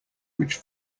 which